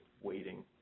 waiting